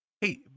Hey